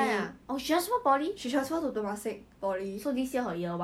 that time ah I think got this guy in venus class is interested in her